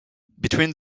between